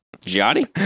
Johnny